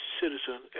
citizen